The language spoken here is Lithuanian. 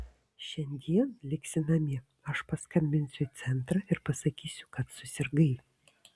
šiandien liksi namie aš paskambinsiu į centrą ir pasakysiu kad susirgai